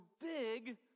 big